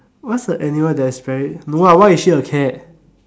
what's the animal that is very no why is she a cat